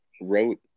wrote